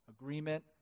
agreement